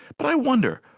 but i wonder,